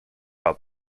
out